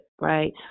right